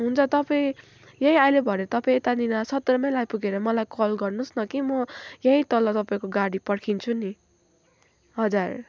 हुन्छ तपाईँ यहीँ अहिले भरै तपाईँ यतानिर सत्र माइल आइपुगेर मलाई कल गर्नुहोस् न कि म यहीँ तल तपाईँको गाडी पर्खिन्छु नि हजुर